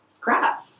crap